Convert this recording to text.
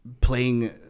playing